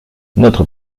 notre